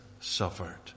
suffered